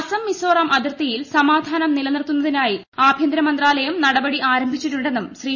അസം മിസോറം അതിർത്തിയിൽ സമാധാനം നിലനിർത്തുന്നതിനായി ആഭ്യന്തര മന്ത്രാലയം നടപടി ആരംഭിച്ചിട്ടുണ്ടെന്നും ശ്രീ